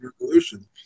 Revolution